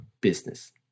business